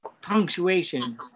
punctuation